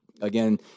Again